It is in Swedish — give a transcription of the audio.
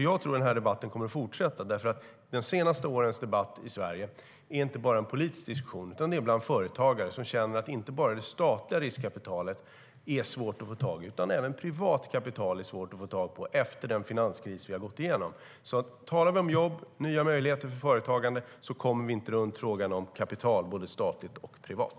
Jag tror att denna debatt kommer att fortsätta, för de senaste årens debatt är inte bara en politisk diskussion utan också en diskussion bland företagare som känner att det inte bara är svårt att få tag på statligt riskkapital utan även privat kapital efter den finanskris vi gått igenom. Talar vi om jobb och nya möjligheter för företagande kommer vi inte runt frågan om kapital, både statligt och privat.